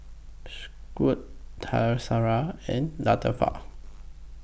Shuib Qaisara and Latifa